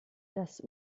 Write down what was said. das